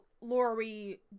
Lori